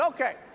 Okay